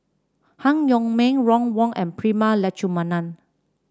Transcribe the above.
Han Yong May Ron Wong and Prema Letchumanan